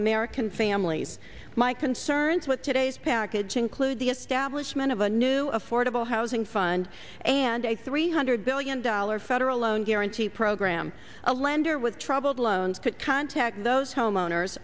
american families my concerns with today's package include the establishment of a new affordable housing fund and a three hundred billion dollars federal loan guarantee program a lender with troubled loans could contact those homeowners